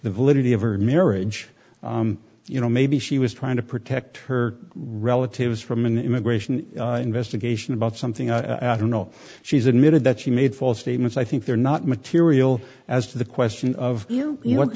the validity of her marriage you know maybe she was trying to protect her relatives from an immigration investigation about something i don't know she's admitted that she made false statements i think they're not material as to the question of